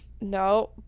No